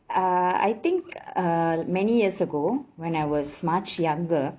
uh I think uh many years ago when I was much younger